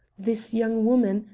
this young woman,